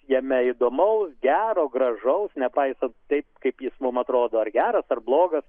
jame įdomaus gero gražaus nepaisant taip kaip jis mums atrodo ar geras ar blogas